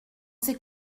ces